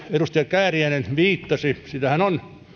edustaja kääriäinen viittasi on